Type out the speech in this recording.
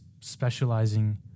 specializing